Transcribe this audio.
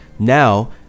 Now